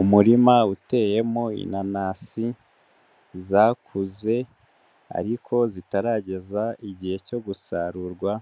Umurima uteyemo inanasi zakuze ariko zitarageza igihe cyo gusarurwa